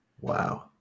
Wow